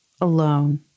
alone